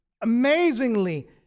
amazingly